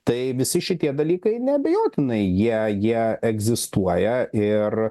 tai visi šitie dalykai neabejotinai jie jie egzistuoja ir